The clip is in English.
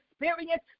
experience